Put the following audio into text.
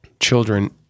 children